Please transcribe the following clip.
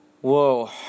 whoa